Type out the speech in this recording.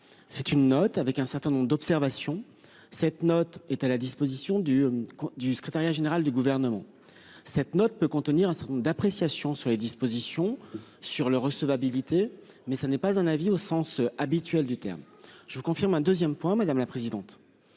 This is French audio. C'est une note avec un certain nombre d'observation. Cette note est à la disposition du. Du secrétariat général du gouvernement. Cette note peut contenir un certain nombre d'appréciation sur les dispositions sur leur recevabilité. Mais ça n'est pas un avis au sens habituel du terme. Je vous confirme un 2ème point madame la présidente.